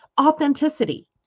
Authenticity